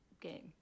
game